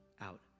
out